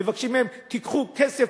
מבקשים מהם: תיקחו כסף,